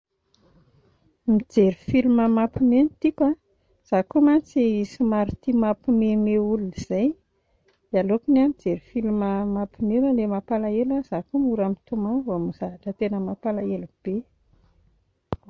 Mijery film mampiomehy no tiako a izaho koa mantsy somary tia mampiomehimehy olona izay dia aleoko ny ahy mijery film mampiomehy fa ilay mampalahelo a izaho koa mora mitomany raha vao zavatra tena mampalahelo be